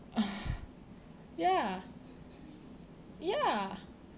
ya ya